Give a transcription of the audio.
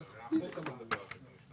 רק תראה, אני מפרגן.